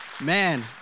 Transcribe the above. Man